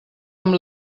amb